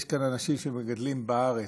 יש כאן אנשים שמגדלים בארץ,